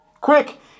Quick